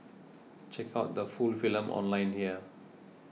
check out the full film online here